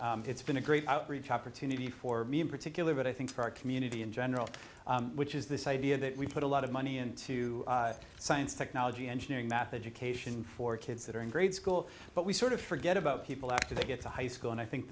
public it's been a great opportunity for me in particular but i think for our community in general which is this idea that we put a lot of money into science technology engineering math education for kids that are in grade school but we sort of forget about people after they get to high school and i think